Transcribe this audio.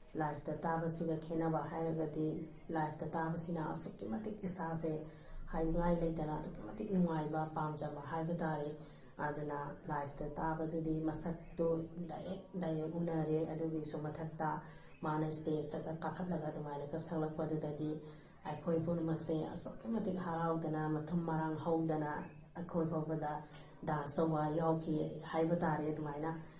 ꯂꯥꯏꯞꯇ ꯇꯥꯕꯁꯤꯒ ꯈꯦꯅꯕ ꯍꯥꯏꯔꯒꯗꯤ ꯂꯥꯏꯞꯇ ꯇꯥꯕꯁꯤꯅ ꯑꯁꯨꯛꯀꯤ ꯃꯇꯤꯛ ꯏꯁꯥꯁꯦ ꯍꯥꯏꯅꯤꯉꯥꯏ ꯂꯩꯇꯅ ꯑꯗꯨꯛ ꯅꯨꯡꯉꯥꯏꯕ ꯄꯥꯝꯖꯕ ꯍꯥꯏꯕ ꯇꯥꯔꯦ ꯑꯗꯨꯅ ꯂꯥꯏꯞꯇ ꯇꯥꯕꯗꯨꯗꯤ ꯃꯁꯛꯇꯣ ꯗꯥꯏꯔꯦꯛ ꯗꯥꯏꯔꯦꯛ ꯎꯅꯔꯦ ꯑꯗꯨꯒꯤꯁꯨ ꯃꯊꯛꯇꯥ ꯃꯥꯅ ꯏꯁꯇꯦꯁꯇꯒ ꯀꯥꯈꯠꯂꯒ ꯑꯗꯨꯃꯥꯏꯅꯒ ꯁꯛꯂꯛꯄꯗꯨꯗꯤ ꯑꯩꯈꯣꯏ ꯄꯨꯝꯅꯃꯛꯁꯦ ꯑꯁꯨꯛꯀꯤ ꯃꯇꯤꯛ ꯍꯔꯥꯎꯗꯅ ꯃꯊꯨꯝ ꯃꯔꯥꯡ ꯍꯧꯗꯅ ꯑꯩꯈꯣꯏ ꯐꯥꯎꯕꯗ ꯗꯥꯟꯁ ꯇꯧꯕ ꯌꯥꯎꯈꯤ ꯍꯥꯏꯕ ꯇꯥꯔꯦ ꯑꯗꯨꯃꯥꯏꯅ